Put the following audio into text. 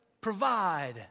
provide